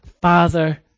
Father